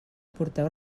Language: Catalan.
porteu